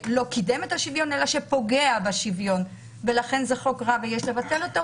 פוגע בשוויון ויש לבטל אותו.